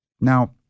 Now